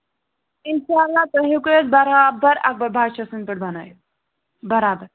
اِنشاء اللہ تُہۍ ہیوٚکُے اَسہِ برابر اَکبر بادشاہ سٕنٛدۍ پٲٹھۍ بَنٲیِتھ برابر